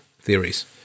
theories